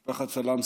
ומשפחת סלמסה.